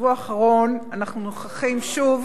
בשבוע האחרון אנחנו נוכחים שוב